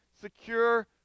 secure